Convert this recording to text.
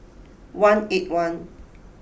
one eight one